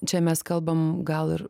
čia mes kalbam gal ir